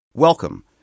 Welcome